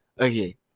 Okay